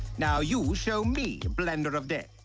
now you show me blender of death.